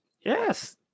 Yes